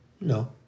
No